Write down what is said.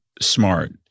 smart